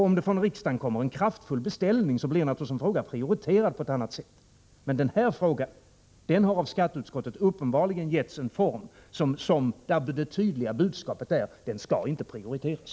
Om det kommer en kraftfull beställning från riksdagen, blir naturligtvis en fråga prioriterad på ett annat sätt än eljest. Men här har skatteutskottets hemställan givits en utformning där det tydliga budskapet är: Denna fråga skall inte prioriteras!